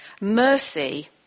Mercy